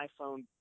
iPhone